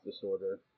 disorder